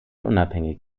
unabhängig